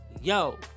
yo